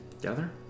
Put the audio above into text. together